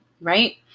right